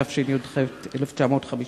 התשי"ח 1958?